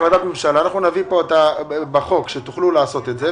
נביא בחוק שתוכלו לעשות את זה,